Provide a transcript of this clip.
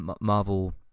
marvel